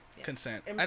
Consent